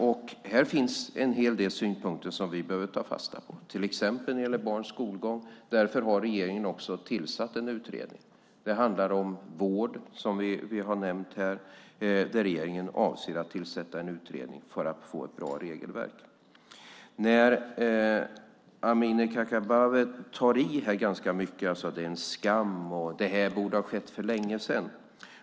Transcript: I rapporten finns en hel del synpunkter som vi behöver ta fasta på, till exempel när det gäller barns skolgång. Därför har regeringen också tillsatt en utredning. Det handlar om vård, som har nämnts här, där regeringen avser att tillsatta en utredning för att få ett bra regelverk. Amineh Kakabaveh tar i ganska mycket här. Hon säger att det är en skam och att detta borde ha skett för länge sedan.